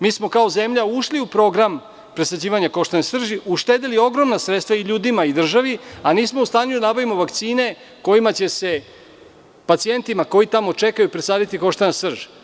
Mi smo kao zemlja ušli u program presađivanja koštane srži, uštedeli ogromna sredstva i ljudima i državi, a nismo u stanju da nabavimo vakcine kojima će se pacijentima koji tamo čekaju presaditi koštanu srž.